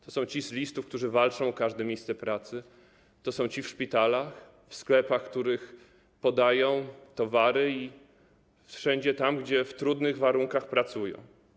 To są ci z listów, którzy walczą o każde miejsce pracy, to są ci w szpitalach, w sklepach, w których podają towary, i wszędzie tam, gdzie w trudnych warunkach pracują.